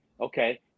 Okay